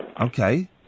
Okay